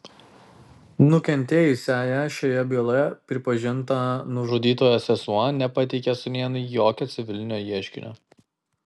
nukentėjusiąja šioje byloje pripažinta nužudytojo sesuo nepateikė sūnėnui jokio civilinio ieškinio